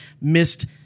missed